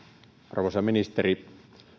arvoisa ministeri